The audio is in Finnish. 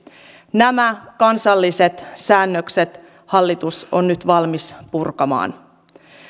nämä kansalliset säännökset hallitus on nyt valmis purkamaan